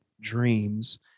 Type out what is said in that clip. dreams